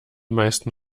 meisten